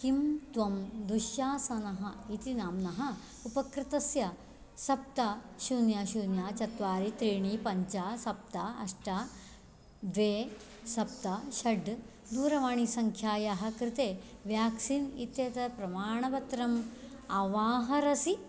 किं त्वं दुःशासनः इति नाम्नः उपकृतस्य सप्त शून्यं शून्यं चत्वारि त्रीणि पञ्च सप्त अष्ट द्वे सप्त षट् दूरवाणीसङ्ख्यायाः कृते व्याक्सीन् इत्येतत् प्रमाणपत्रम् अवाहरसि